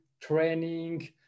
training